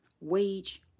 wage